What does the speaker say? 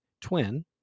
twin